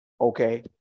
okay